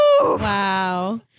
Wow